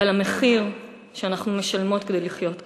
ועל המחיר שאנחנו משלמות כדי לחיות כאן.